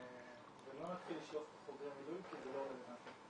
ואני לא אשלוף את חוגר המילואים כי זה לא רלבנטי.